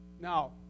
Now